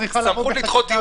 סמכויות.